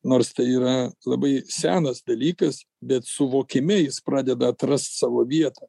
nors tai yra labai senas dalykas bet suvokime jis pradeda atrast savo vietą